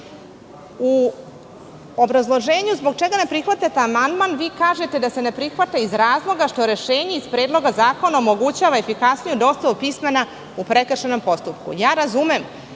obrazloženju zbog čega ne prihvatate amandman, vi kažete da se ne prihvata iz razloga što rešenje iz Predloga zakona omogućava efikasniju dostavu pismena u prekršajnom postupku. Razumem